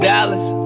Dallas